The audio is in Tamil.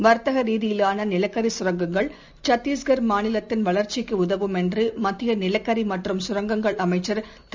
வர்த்தகரீதியிலானநிலக்கரிசுரங்கங்கள் சத்தீஸ்கர் மாநிலத்தின் வளர்ச்சிக்குஉதவும் என்றுமத்தியநிலக்கரிமற்றும் சுரங்கங்கள் அமைச்சர் திரு